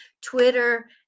Twitter